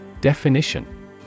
Definition